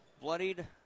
bloodied